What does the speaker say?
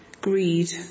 greed